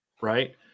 right